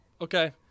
Okay